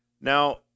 Now